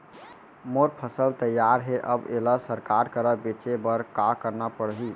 मोर फसल तैयार हे अब येला सरकार करा बेचे बर का करना पड़ही?